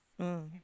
mm